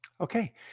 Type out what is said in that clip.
Okay